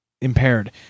impaired